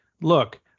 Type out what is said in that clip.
look